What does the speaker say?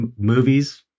movies